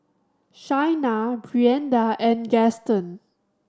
Shaina Brianda and Gaston